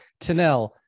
Tanel